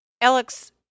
Alex